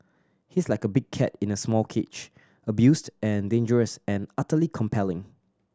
he's like a big cat in a small cage abused and dangerous and utterly compelling